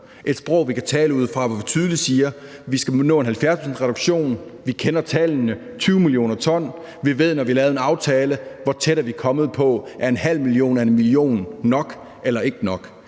klimaloven, vi kan tale ud fra, hvor vi tydeligt siger, at vi skal nå en 70-procentsreduktion, hvor vi kender tallene – 20 mio. t – og vi ved, når vi har lavet en aftale, hvor tæt vi er kommet på. Er 0,5 mio. eller er 1 mio. t nok eller ikke nok?